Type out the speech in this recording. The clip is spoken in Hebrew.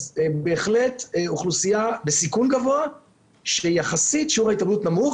אז בהחלט אוכלוסייה בסיכון גבוה שיחסית שיעור ההתאבדות נמוך.